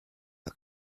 war